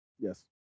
Yes